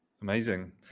Amazing